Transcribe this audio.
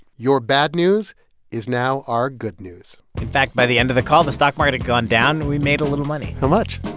your bad news is now our good news in fact, by the end of the call, the stock market had and gone down and we made a little money how much?